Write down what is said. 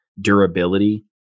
durability